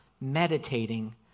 meditating